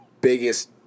biggest